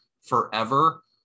forever